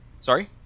Sorry